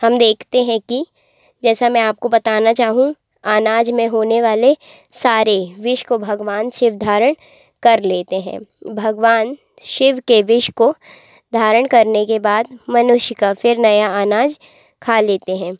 हम देखते हैं कि जैसा मैं आपको बताना चाहूँ अनाज में होने वाले सारे विष को भगवान शिव धारण कर लेते हैं भगवान शिव के विष को धारण करने के बाद मनुष्य का फिर नया अनाज खा लेते हैं